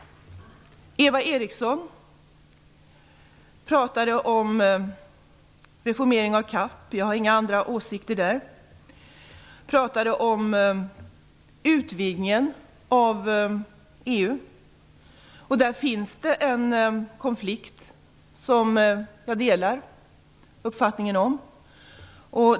Eva Eriksson pratade om reformering av CAP, och jag har ingen annan åsikt i det fallet. Hon pratade om utvidgningen av EU. Jag delar uppfattningen att där finns en konflikt.